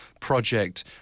project